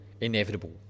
inevitable